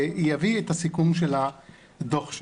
ויביא את הסיכום של הדוח שלו.